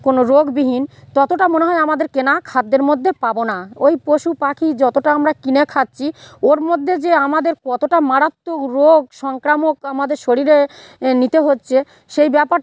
কোনো রোগবিহীন ততটা মনে হয় আমাদের কেনা খাদ্যের মধ্যে পাবো না ওই পশু পাখি যতটা আমরা কিনে খাচ্ছি ওর মধ্যে যে আমাদের কতটা মারত্মক রোগ সংক্রামক আমাদের শরীরে নিতে হচ্ছে সেই ব্যাপারটা